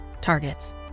targets